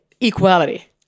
equality